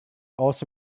also